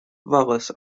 willis